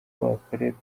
bakorerwa